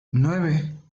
nueve